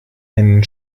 einen